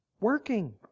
working